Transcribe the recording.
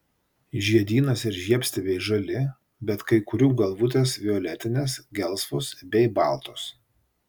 žiedynas ir žiedstiebiai žali bet kai kurių galvutės violetinės gelsvos bei baltos